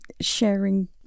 sharing